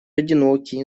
одинокий